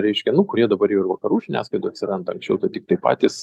reiškia nu kurie dabar jau ir vakarų žiniasklaidoj atsiranda anksčiau tai tiktai patys